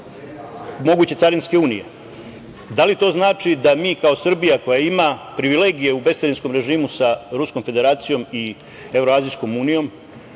moguće carinske unije. Da li to znači da mi, kao Srbija, koja ima privilegije u bescarinskom režimu sa Ruskom Federacijom i Evroazijskom unijom,